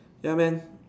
ya man